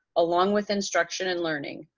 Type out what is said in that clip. along with instruction and learning.